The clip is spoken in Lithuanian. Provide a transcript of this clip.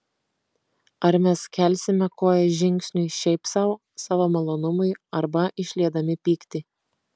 ar mes kelsime koją žingsniui šiaip sau savo malonumui arba išliedami pyktį